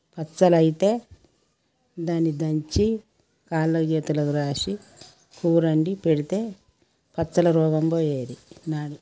పచ్చలు అయితే దాన్ని దంచి కాళ్ళకు చేతులకు రాసి కూర వండి పెడితే పచ్చల రోగం పోయేది నాడు